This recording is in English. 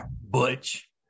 Butch